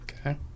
Okay